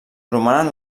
romanen